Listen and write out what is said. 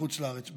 מחוץ לארץ.